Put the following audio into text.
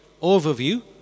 overview